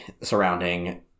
surrounding